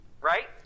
Right